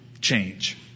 change